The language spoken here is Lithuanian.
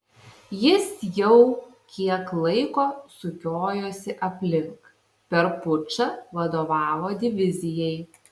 jis jau kiek laiko sukiojosi aplink per pučą vadovavo divizijai